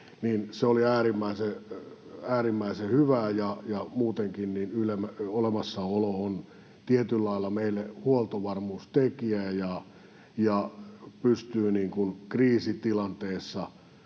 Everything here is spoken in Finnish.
se oli äärimmäisen hyvää, ja muutenkin Ylen olemassaolo on tietyllä lailla meille huoltovarmuustekijä, ja se pystyy kriisitilanteessa